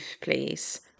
please